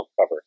cover